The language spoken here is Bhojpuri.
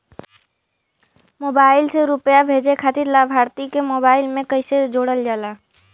मोबाइल से रूपया भेजे खातिर लाभार्थी के मोबाइल मे कईसे जोड़ल जाला?